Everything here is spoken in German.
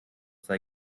sei